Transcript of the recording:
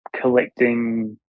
collecting